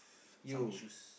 some issues